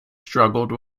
struggled